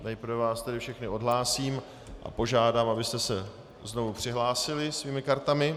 Nejprve vás tedy všechny odhlásím a požádám, abyste se znovu přihlásili svými kartami.